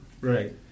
Right